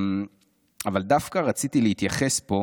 אבל דווקא רציתי להתייחס פה